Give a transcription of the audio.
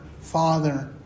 father